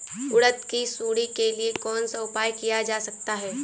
उड़द की सुंडी के लिए कौन सा उपाय किया जा सकता है?